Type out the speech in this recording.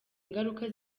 ingaruka